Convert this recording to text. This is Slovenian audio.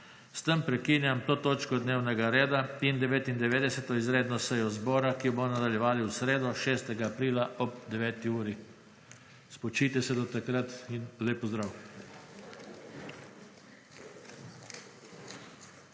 S tem prekinjam to točko dnevnega reda in 99. izredno sejo zbora, ki jo bomo nadaljevali v sredo, 6. aprila ob 9. uri. Spočijte se do takrat in lep pozdrav!